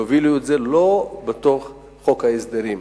יובילו את זה לא בתוך חוק ההסדרים.